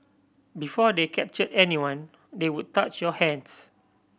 before they capture anyone they would touch your hands